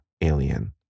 alien